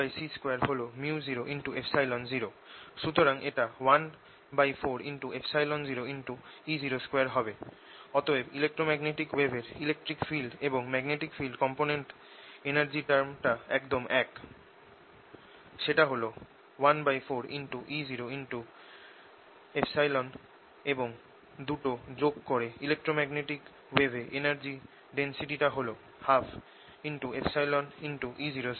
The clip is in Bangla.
সুতরাং এটা 140E02 হবে অতএব ইলেক্ট্রোম্যাগনেটিক ওয়েভের ইলেকট্রিক ফিল্ড এবং ম্যাগনেটিক ফিল্ড কম্পোনেন্ট এনার্জিটা একদম এক সেটা হল 140E02 এবং দুটো যোগ করে ইলেক্ট্রোম্যাগনেটিক ওয়েভে এনার্জি ডেন্সিটি হল 120E02